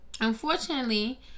unfortunately